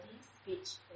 speech